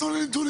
תנו לי נתונים.